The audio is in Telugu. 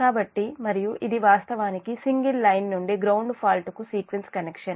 కాబట్టి మరియు ఇది వాస్తవానికి సింగిల్ లైన్ నుండి గ్రౌండ్ ఫాల్ట్కు సీక్వెన్స్ కనెక్షన్